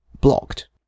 blocked